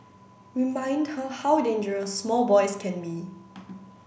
remind her how dangerous small boys can be